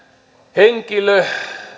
henkilö